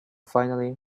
finally